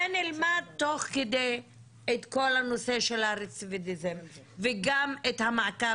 ונלמד תוך כדי את כל הנושא של הרצידיביזם וגם את המעקב.